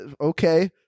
okay